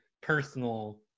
personal